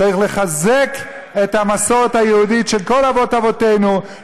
צריך לחזק את המסורת היהודית של כל אבות-אבותינו,